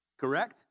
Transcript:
correct